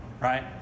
right